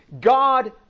God